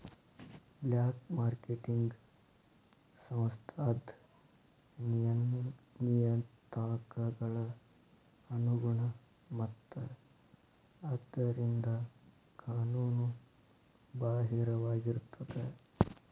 black marketing ಸಂಸ್ಥಾದ್ ನಿಯತಾಂಕಗಳ ಅನುಗುಣ ಮತ್ತ ಆದ್ದರಿಂದ ಕಾನೂನು ಬಾಹಿರವಾಗಿರ್ತದ